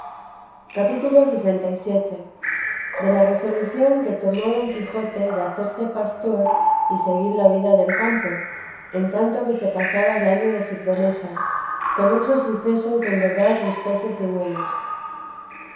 capítulo lxvii de la resolución que tomó don quijote de hacerse pastor y seguir la vida del campo en tanto que se pasaba el año de su promesa con otros sucesos en verdad gustosos y buenos